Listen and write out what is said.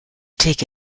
take